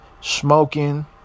smoking